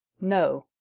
no.